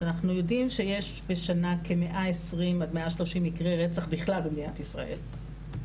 אנחנו יודעים שיש בשנה כ-120-130 מקרי רצח בכלל במדינת ישראל,